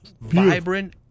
vibrant